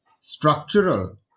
structural